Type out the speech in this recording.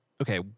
Okay